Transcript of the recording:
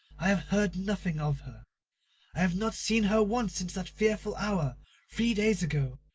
i have heard nothing of her i have not seen her once since that fearful hour three days ago,